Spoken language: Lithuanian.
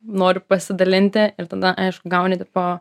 noriu pasidalinti ir tada aišku gauni tipo